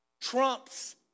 trumps